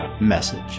message